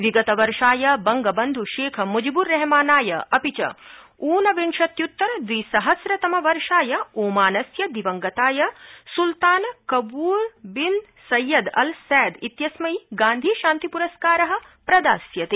विगतवर्षाय बंगबन्धु शेख मुजिब्र रेहमानाय अपि च ऊनविंशत्युत्तर द्वि सहम्रतम वर्षाय ओमानस्य दिवंगताय सुल्तानाय Qaboos bin Sayyid al Said इत्यस्मै गान्धी शान्ति पुरस्कार प्रदास्यते